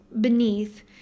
beneath